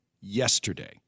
yesterday